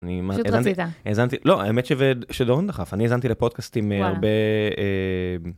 אני האזנתי, לא, האמת שלאון דחף, אני האזנתי לפודקאסטים.